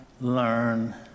learn